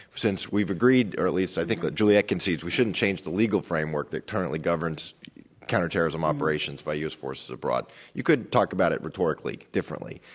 since we've agreed or at least i think that juliette concedes we shouldn't change the legal framework that currently governs counterterrorism operations by u. s. forces abroad. you could talk about it rhetorically differently.